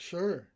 Sure